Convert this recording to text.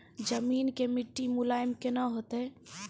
जमीन के मिट्टी मुलायम केना होतै?